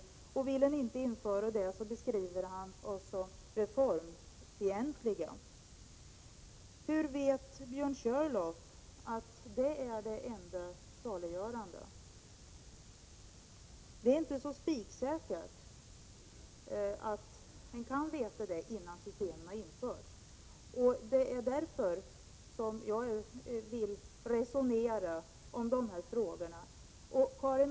Nu när vi socialdemokrater inte vill införa det beskriver han oss som reformfientliga. Hur vet Björn Körlof att det är det enda saliggörande? Man kan inte veta det så tvärsäkert innan systemet har införts, och det är därför som jag vill resonera om dessa frågor.